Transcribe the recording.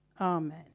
Amen